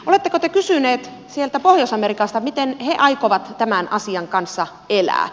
oletteko te kysyneet sieltä pohjois amerikasta miten he aikovat tämän asian kanssa elää